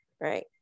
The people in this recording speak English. Right